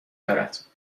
دارد